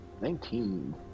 Nineteen